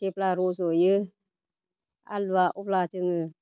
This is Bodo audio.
जेब्ला रजयो आलुआ अब्ला जोङो